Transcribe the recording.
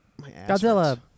Godzilla